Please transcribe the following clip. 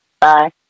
bye